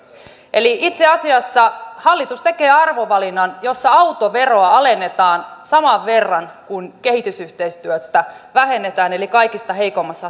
eli itse asiassa hallitus tekee arvovalinnan jossa autoveroa alennetaan saman verran kuin kehitysyhteistyöstä vähennetään eli kaikista heikoimmassa